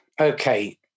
Okay